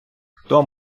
хто